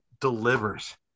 delivers